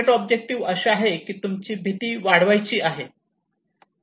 तेव्हा target objective असे आहेत की तुमची भीती वाढवायची आहे